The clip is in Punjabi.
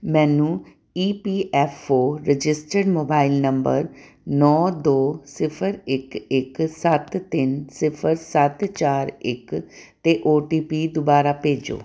ਮੈਨੂੰ E P F O registered mobile number ਨੌਂ ਦੋ ਸਿਫਰ ਇੱਕ ਇੱਕ ਸੱਤ ਤਿੰਨ ਸਿਫਰ ਸੱਤ ਚਾਰ ਇੱਕ 'ਤੇ ਓ ਟੀ ਪੀ ਦੁਬਾਰਾ ਭੇਜੋ